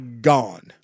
gone